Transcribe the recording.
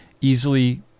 easily